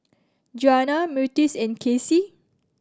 Djuana Myrtis and Kacey